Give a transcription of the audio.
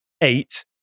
eight